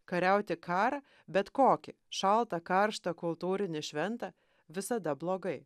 kariauti karą bet kokį šaltą karštą kultūrinį šventą visada blogai